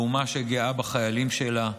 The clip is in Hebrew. לאומה שגאה בחיילים שלה,